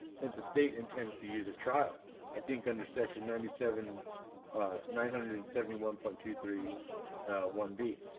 that the state intends to use at trial i think under section ninety seven nine hundred and seventy one point two three one b